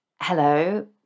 Hello